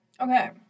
Okay